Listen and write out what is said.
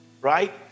right